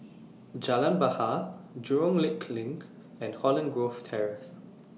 Jalan Bahar Jurong Lake LINK and Holland Grove Terrace